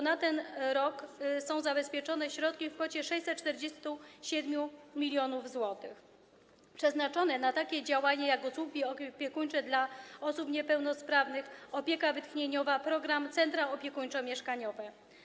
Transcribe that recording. Na ten rok są zabezpieczone środki w kwocie 647 mln zł przeznaczone na takie działania jak usługi opiekuńcze dla osób niepełnosprawnych, opieka wytchnieniowa, program „Centra opiekuńczo-mieszkalne”